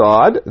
God